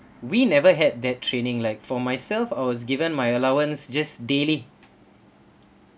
we never had that training like for myself I was given my allowance just daily